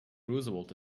roosevelt